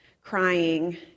crying